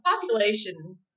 population